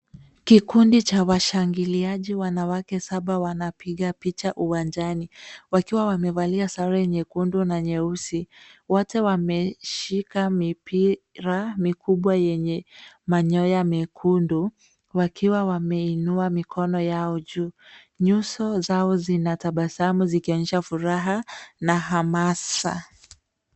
Kikundi cha washangiliaji wanawake saba wanapiga picha uwanjani wakiwa wamevalia sare nyekundu na nyeusi. Wote wameshika mipira mikubwa yenye manyoya mekundu wakiwa wameinua mikono yao juu. Nyuso zao zina tabasamu zikionyesha furaha na hamasa.